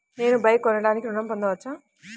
నేను బైక్ కొనటానికి ఋణం పొందవచ్చా?